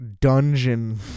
Dungeon